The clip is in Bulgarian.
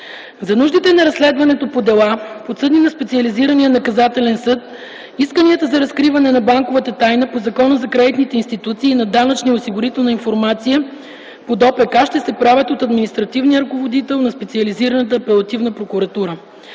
За нуждите на разследването по дела, подсъдни на специализирания наказателен съд, исканията за разкриване на банковата тайна по Закона за кредитните институции и на данъчна и осигурителна информация по Данъчно-осигурителния процесуален кодекс ще се правят от административния ръководител на специализираната апелативна прокуратура.